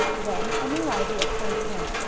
then a new idea came to him.